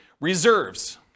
reserves